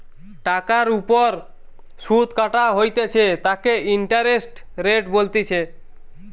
টাকার ওপর সুধ কাটা হইতেছে তাকে ইন্টারেস্ট রেট বলতিছে